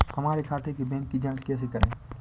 हमारे खाते के बैंक की जाँच कैसे करें?